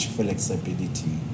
flexibility